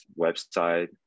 website